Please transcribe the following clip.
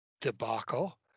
debacle